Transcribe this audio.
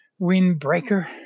windbreaker